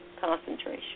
Concentration